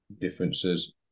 differences